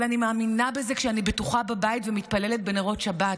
אבל אני מאמינה בזה כשאני בטוחה בבית ומתפללת עם נרות שבת,